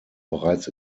bereits